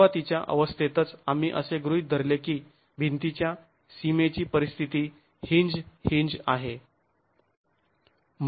सुरुवातीच्या अवस्थेतच आम्ही असे गृहीत धरले की भिंतीच्या सीमेची परिस्थिती हींज हींज आहे